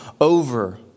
over